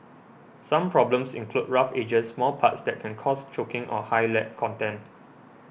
some problems include rough edges small parts that can cause choking or high lead content